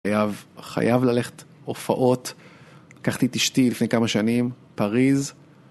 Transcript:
חייב ללכת, הופעות, לקחתי את אשתי לפני כמה שנים, פריז